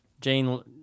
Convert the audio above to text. Jane